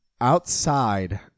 outside